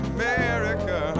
America